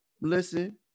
listen